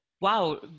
wow